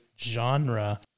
genre